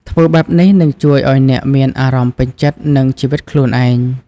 ធ្វើបែបនេះនឹងជួយឱ្យអ្នកមានអារម្មណ៍ពេញចិត្តនឹងជីវិតខ្លួនឯង។